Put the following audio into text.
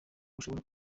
ushobora